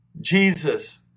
Jesus